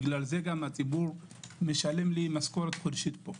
לכן הציבור משלם לי משכורת חודשית פה.